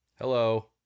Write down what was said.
Hello